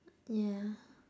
yeah